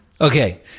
Okay